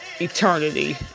eternity